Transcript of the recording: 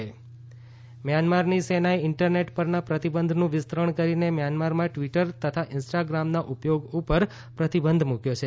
Myanmar પ્રતીબંધ મ્યાનમારની સેનાએ ઇન્ટરનેટ પરના પ્રતિબંધનું વિસ્તરણ કરીને મ્યાનમારમાં ટવીટર તથા ઇન્સ્ટાગ્રામના ઉપયોગ ઉપર પ્રતિબંધ મુકયો છે